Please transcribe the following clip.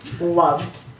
loved